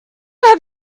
have